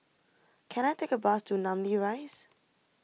can I take a bus to Namly Rise